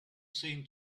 seemed